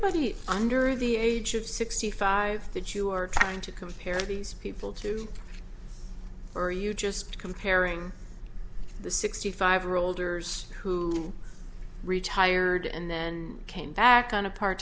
anybody under the age of sixty five that you are trying to compare these people to are you just comparing the sixty five or older who reached ired and then came back on a part